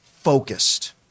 focused